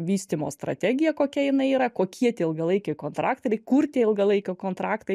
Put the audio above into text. vystymo strategija kokia jinai yra kokie tie ilgalaikiai kontraktai ir kur tie ilgalaikiai kontraktai